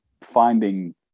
finding